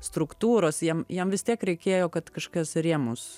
struktūros jam jam vis tiek reikėjo kad kažkas rėmus